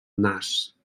nas